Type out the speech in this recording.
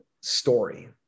story